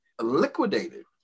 liquidated